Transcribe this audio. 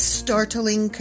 startling